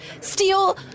steal